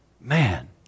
Man